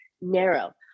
narrow